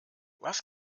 was